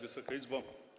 Wysoka Izbo!